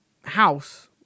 house –